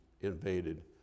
invaded